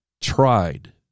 tried